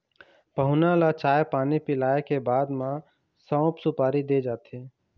पहुना ल चाय पानी पिलाए के बाद म सउफ, सुपारी दे जाथे